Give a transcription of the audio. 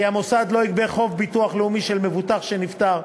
כי המוסד לא יגבה חוב דמי ביטוח של מבוטח שנפטר,